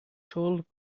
told